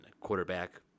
quarterback